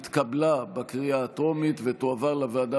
התקבלה בקריאה הטרומית ותועבר לוועדה